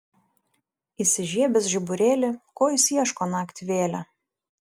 įsižiebęs žiburėlį ko jis ieško naktį vėlią